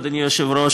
אדוני היושב-ראש,